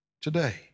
today